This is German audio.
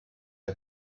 der